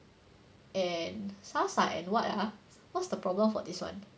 and the 傻傻 and what ah what's the problem for this one